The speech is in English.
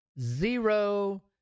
Zero